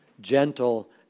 gentle